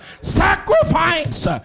Sacrifice